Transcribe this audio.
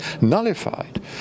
nullified